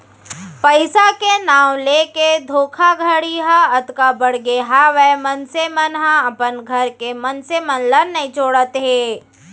पइसा के नांव लेके धोखाघड़ी ह अतका बड़गे हावय मनसे मन ह अपन घर के मनसे मन ल नइ छोड़त हे